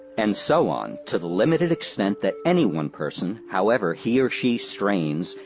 and so on, to the limited extent that any one person, however he or she strains,